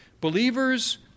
Believers